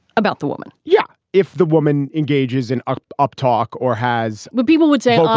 about the woman yeah. if the woman engages in ah up talk or has what people would say,